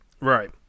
Right